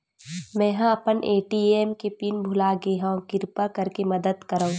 मेंहा अपन ए.टी.एम के पिन भुला गए हव, किरपा करके मदद करव